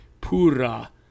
pura